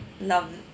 love